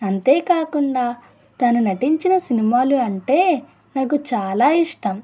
అంతే కాకుండా తాను నటించిన సినిమాలు అంటే నాకు చాలా ఇష్టం